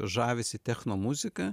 žavisi techno muzika